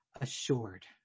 assured